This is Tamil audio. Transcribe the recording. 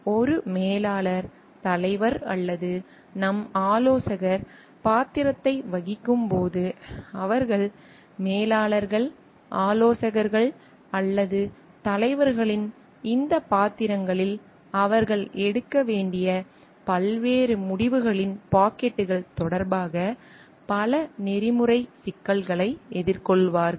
எனவே ஒரு மேலாளர் தலைவர் அல்லது நம் ஆலோசகர் பாத்திரத்தை வகிக்கும் போது அவர்கள் மேலாளர்கள் ஆலோசகர்கள் அல்லது தலைவர்களின் இந்த பாத்திரங்களில் அவர்கள் எடுக்க வேண்டிய பல்வேறு முடிவுகளின் பாக்கெட்டுகள் தொடர்பாக பல நெறிமுறை சிக்கல்களை எதிர்கொள்வார்கள்